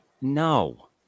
No